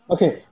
Okay